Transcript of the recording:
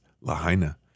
Lahaina